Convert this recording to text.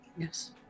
Yes